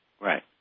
Right